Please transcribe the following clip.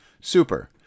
Super